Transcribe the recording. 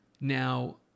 Now